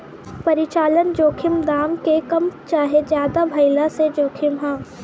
परिचालन जोखिम दाम के कम चाहे ज्यादे भाइला के जोखिम ह